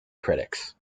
critics